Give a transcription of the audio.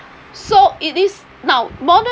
so it is now modern